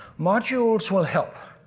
modules will help.